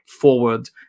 forward